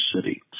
city